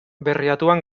berriatuan